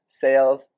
sales